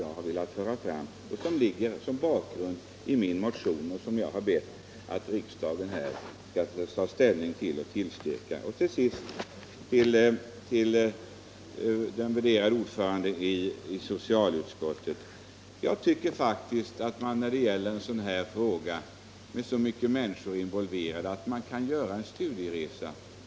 Dessa frågor utgör underlag för min motion, vari jag ber att riksdagen skall ta ställning till dem. Till sist vill jag till socialutskottets värderade ordförande säga att man i en sådan här fråga med många människor involverade kan göra en studieresa.